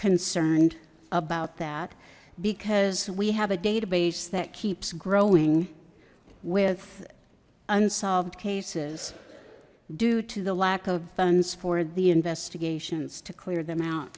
concerned about that because we have a database that keeps growing with unsolved cases due to the lack of funds for the investigations to clear them out